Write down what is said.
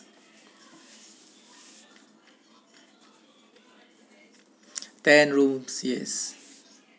ten rooms yes